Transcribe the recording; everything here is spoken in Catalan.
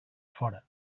fora